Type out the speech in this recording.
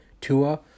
Tua